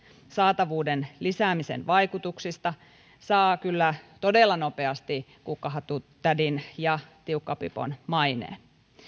saatavuuden lisäämisen vaikutuksista saa kyllä todella nopeasti kukkahattutädin ja tiukkapipon maineen